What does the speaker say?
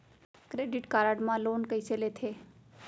Credit card मा loan कइसे लेथे?